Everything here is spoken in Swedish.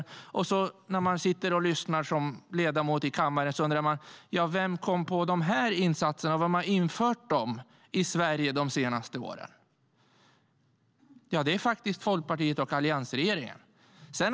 När man som ledamot sitter och lyssnar i kammaren undrar man: Vem kom på de här insatserna? Vem har genomfört dem i Sverige de senaste åren? Jo, det är faktiskt Folkpartiet och alliansregeringen.